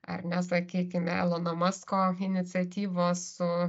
ar ne sakykime elono musko iniciatyvos su